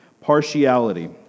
Partiality